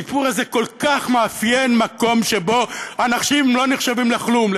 הסיפור הזה כל כך מאפיין מקום שבו אנשים לא נחשבים לכלום,